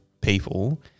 people